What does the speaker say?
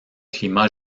climat